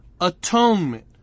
atonement